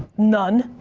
none,